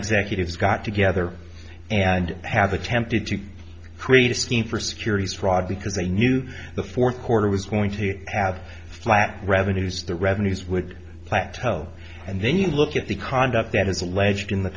executives got together and have attempted to create a scheme for securities fraud because they knew the fourth quarter was going to have flat revenues the revenues would plant tell and then you look at the conduct that is alleged in the